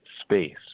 space